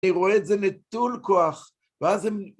‫אני רואה את זה נטול כוח, ואז הם...